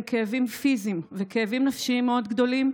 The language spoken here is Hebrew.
כאבים פיזיים וכאבים נפשיים מאוד גדולים,